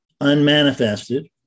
unmanifested